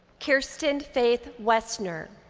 kiersten faith westner.